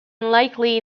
unlikely